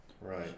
right